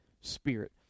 spirit